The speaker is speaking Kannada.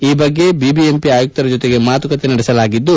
ಈ ಬಗ್ಗೆ ಬಿಬಿಎಂಪಿ ಆಯುಕ್ತರ ಜೊತೆಗೆ ಮಾತುಕತೆ ನಡೆಸಿದ್ದು